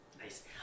Nice